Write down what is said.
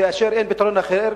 כאשר אין פתרון אחר,